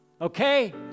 okay